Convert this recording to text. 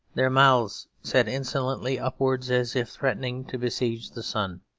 their mouths set insolently upwards as if threatening to besiege the sun.